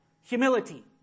Humility